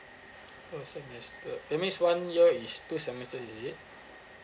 per semester that means one year is two semesters is it